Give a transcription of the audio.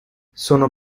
sono